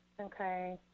Okay